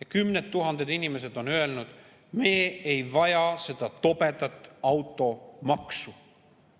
ja kümned tuhanded inimesed on öelnud: "Me ei vaja seda tobedat automaksu."